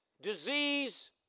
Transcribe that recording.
disease